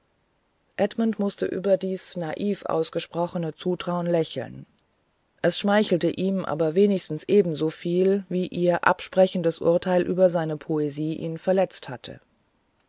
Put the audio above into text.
edmund mußte über dies naiv ausgesprochene zutrauen lächeln es schmeichelte ihm aber wenigstens ebenso viel wie ihr absprechendes urteil über seine poesie ihn verletzt hatte